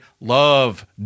love